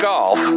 Golf